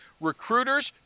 Recruiters